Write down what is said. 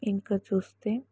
ఇంకా చూస్తే